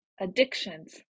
addictions